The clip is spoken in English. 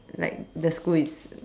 like the school is